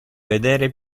vedere